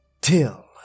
till